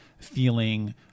feeling